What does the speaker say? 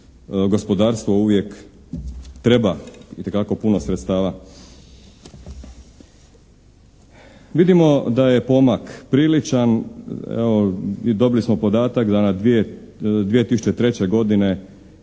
gospodarstvo uvijek treba itekako puno sredstava. Vidimo da je pomak priličan, evo i dobili smo podatak da 2003. godine